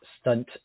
stunt